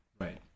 Right